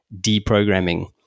deprogramming